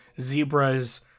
zebras